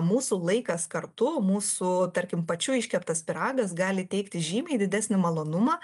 mūsų laikas kartu mūsų tarkim pačių iškeptas pyragas gali teikti žymiai didesnį malonumą